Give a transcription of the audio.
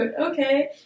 okay